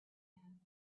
man